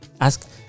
Ask